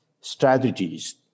strategies